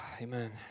Amen